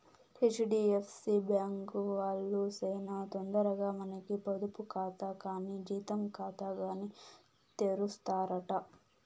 HDFC bank వాల్లు సేనా తొందరగా మనకి పొదుపు కాతా కానీ జీతం కాతాగాని తెరుస్తారట